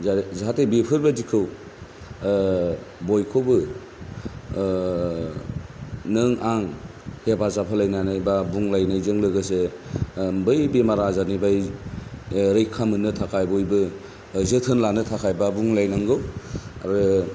दा जाहाथे बेफोरबादिखौ बयखौबो नों आं हेफाजाब होलायनानै बा बुंलायनायजों लोगोसे बै बेमार आजारनिफ्राय रैखा मोननो थाखाय बयबो जोथोन लानो थाखाय बा बुंलायनांगौ आरो